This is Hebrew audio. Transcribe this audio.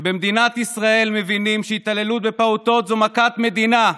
שבמדינת ישראל מבינים שהתעללות בפעוטות זו מכת מדינה,